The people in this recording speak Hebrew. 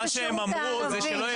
בג"צ בשירות הערבים,